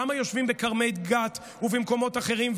גם היושבים בכרמי גת ובמקומות אחרים.